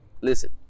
Listen